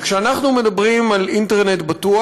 כשאנחנו מדברים על אינטרנט בטוח,